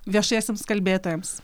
viešiesiems kalbėtojams